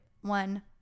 One